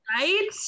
Right